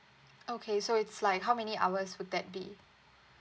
okay so it's like how many hours would that be